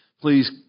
please